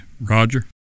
Roger